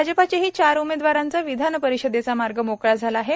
भाजपचेही चार उमेदवारांचा विधान परिषदेचा मार्ग मोकळा झाला आहे